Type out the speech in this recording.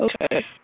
Okay